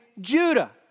Judah